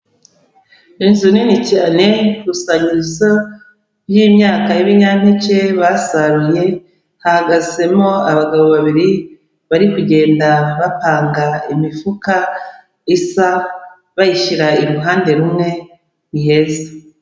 Inzu nini cyane ikusanyirizo y'imyaka y'ibinyampeke basaruye, hahagazemo abagabo babiri bari kugenda bapanga imifuka isa, bayishyira iruhande rumwe ni heza.